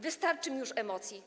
Wystarczy mi już emocji”